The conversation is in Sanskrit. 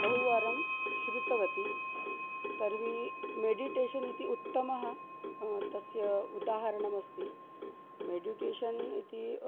बहुवारं श्रुतवती तर्हि मेडिटेशन् इति उत्तमः तस्य उदाहरणमस्ति मेडिटेषन् इति